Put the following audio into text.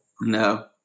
No